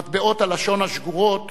מטבעות הלשון השגורות